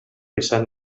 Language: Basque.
izan